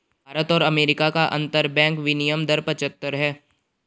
भारत और अमेरिका का अंतरबैंक विनियम दर पचहत्तर है